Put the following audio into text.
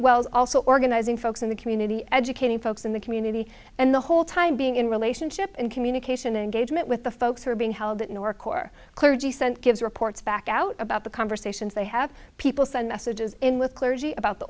wells also organizing folks in the community educating folks in the community and the whole time being in relationship and communication and agent with the folks who are being held in or core clergy sent gives reports back out about the conversations they have people send messages in with clergy about the